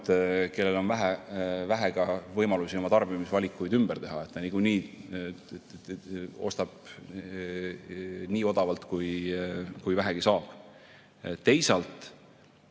tulenevalt on vähe võimalusi oma tarbimisvalikuid ümber teha. Ta niikuinii ostab nii odavalt, kui vähegi saab. Teisalt,